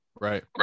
Right